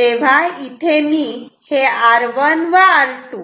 तेव्हा इथे मी हे R1 व R2